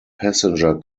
passenger